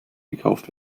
gekauft